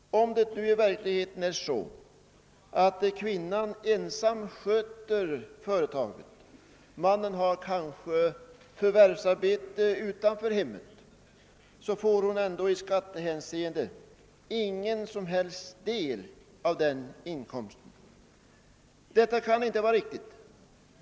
Om det i verkligheten är så, att kvinnan ensam sköter företaget — mannen har kanske förvärvsarbete utanför hemmet — får hon ändå i skattehänseende ingen som helst del i den inkomsten. Detta kan inte vara riktigt.